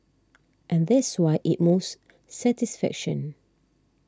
and that's why it moves satisfaction